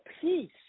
peace